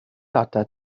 atat